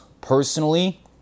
Personally